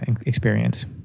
experience